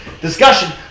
discussion